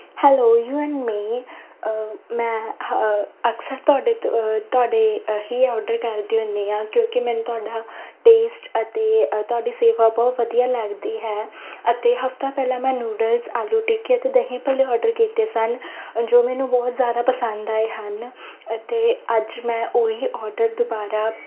hello you and me ਮੈਂ ਅਕਸਰ ਤੁਹਾਡੇ ਤੋਂ ਤੁਹਾਡੇ ਹੀ ਆਡਰ ਕਰਦੀ ਹੁੰਦੀ ਹਾਂ ਕਿਉਂਕਿ ਮੈਨੂੰ ਤੁਹਾਡਾ ਟੇਸਟ ਅਤੇ ਤੁਹਾਡੀ ਸੇਵਾ ਬਹੁਤ ਵਧੀਆ ਲੱਗਦੀ ਹੈ ਅਤੇ ਹਫਤਾ ਪਹਿਲਾਂ ਮੈਂ ਨਿਊਡਲਸ ਆਲੂ ਟਿੱਕੀ ਅਤੇ ਦਹੀਂ ਭੱਲੇ ਔਡਰ ਕੀਤੇ ਸਨ ਜੋ ਮੈਨੂੰ ਬਹੁਤ ਜ਼ਿਆਦਾ ਪਸੰਦ ਆਏ ਹਨ ਅਤੇ ਅੱਜ ਮੈਂ ਉਹੀ ਔਡਰ ਦੁਬਾਰਾ